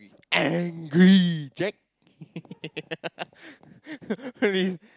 angry Jack really